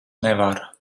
nevar